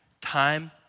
time